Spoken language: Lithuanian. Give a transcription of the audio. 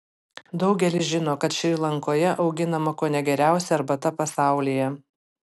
daugelis žino kad šri lankoje auginama kone geriausia arbata pasaulyje